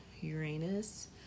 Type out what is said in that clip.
Uranus